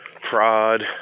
prod